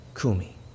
kumi